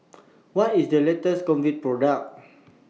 What IS The latest Convatec Product